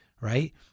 Right